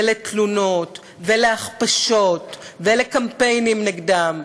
ולתלונות, ולהכפשות ולקמפיינים נגדם.